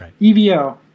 EVO